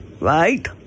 right